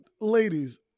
ladies